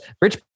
Rich